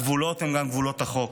הגבולות הם גם גבולות החוק,